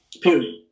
Period